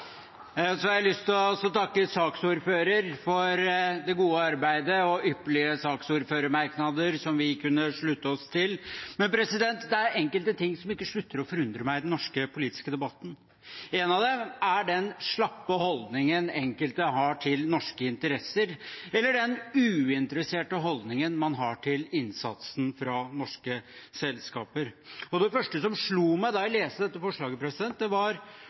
Så har jeg lyst til å takke saksordføreren for det gode arbeidet og for ypperlige saksordførermerknader, som vi kunne slutte oss til. Men det er enkelte ting som ikke slutter å forundre meg i den norske politiske debatten. En av dem er den slappe holdningen enkelte har til norske interesser, eller den uinteresserte holdningen man har til innsatsen fra norske selskaper. Det første som slo meg da jeg leste dette forslaget, var om forslagsstillerne har fått med seg det